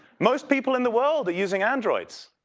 most people in the world are using androids.